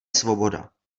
svoboda